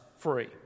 free